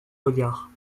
regards